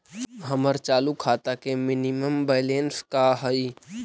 हमर चालू खाता के मिनिमम बैलेंस का हई?